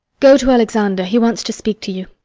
go to alexander, he wants to speak to you.